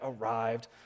arrived